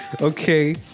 Okay